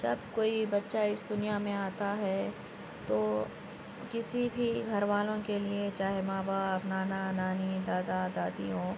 جب کوئی بچہ اِس دنیا میں آتا ہے تو کسی بھی گھر والوں کے لیے چاہے ماں باپ نانا نانی دادا دادی ہوں